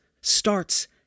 starts